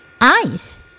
Eyes